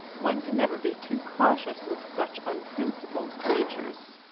one can never be too cautious with such unprincipled creatures.